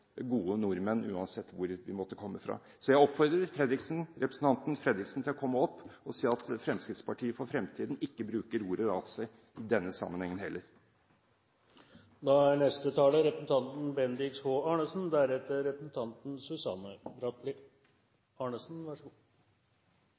gode nordmenn uansett hvor vi måtte komme fra. Så jeg oppfordrer representanten Fredriksen til å komme opp og si at Fremskrittspartiet for fremtiden ikke bruker ordet «rase» i denne sammenhengen heller.